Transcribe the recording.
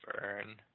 Burn